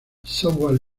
software